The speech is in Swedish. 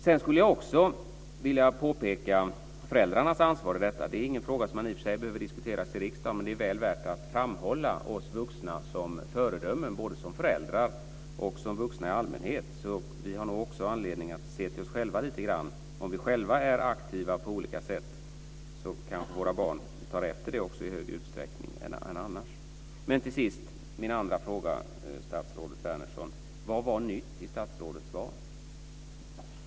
Jag skulle också vilja påpeka föräldrarnas ansvar i detta. Det är i och för sig ingen fråga som man behöver diskutera i riksdagen, men det är väl värt att framhålla oss vuxna som föredömen både som föräldrar och som vuxna i allmänhet. Vi har nog också anledning att se till oss själva lite grann. Om vi själva är aktiva på olika sätt tar kanske våra barn efter det i högre utsträckning än annars. Till sist vill jag ställa min andra fråga, statsrådet Wärnersson. Vad var nytt i statsrådet svar?